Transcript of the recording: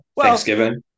Thanksgiving